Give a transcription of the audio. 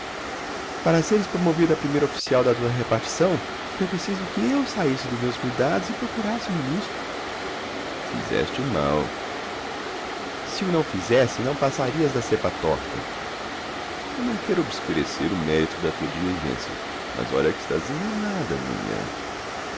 para seres promovido a primeira official da tua repartição foi preciso que eu saísse dos meus cuidados e procurasse o ministro fizeste mal se o não fizesse não passarias da cepa torta não quero obscurecer o mérito da tua diligência mas olha que estás enganada nhanhã